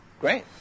Great